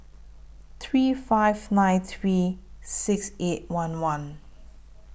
three five nine three six eight one one